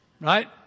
right